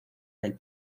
del